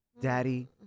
Daddy